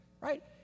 Right